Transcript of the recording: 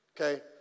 Okay